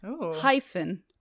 hyphen